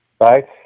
right